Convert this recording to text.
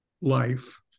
life